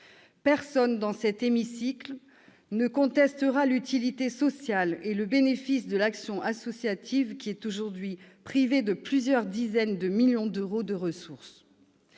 Personne dans cet hémicycle ne contestera l'utilité sociale et le bénéfice de l'action associative, qui est aujourd'hui privée de plusieurs dizaines de millions d'euros de ressources.